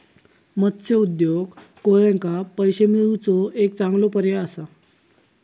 मत्स्य उद्योग कोळ्यांका पैशे मिळवुचो एक चांगलो पर्याय असा